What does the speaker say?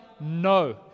no